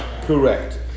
Correct